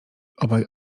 obaj